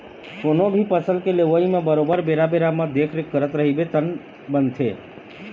कोनो भी फसल के लेवई म बरोबर बेरा बेरा म देखरेख करत रहिबे तब बनथे